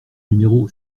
numéro